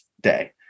day